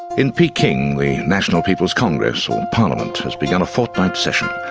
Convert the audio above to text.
in peking the national people's congress or parliament has begun a fortnight session,